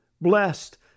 blessed